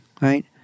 Right